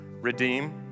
redeem